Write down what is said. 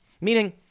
meaning